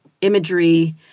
imagery